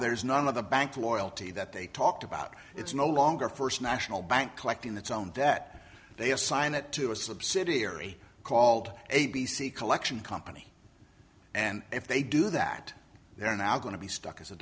there's none of the bank loyalty that they talked about it's no longer first national bank collecting its own debt they assign it to a subsidiary called a b c collection company and if they do that they are now going to be stuck as a